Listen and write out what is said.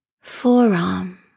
forearm